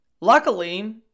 luckily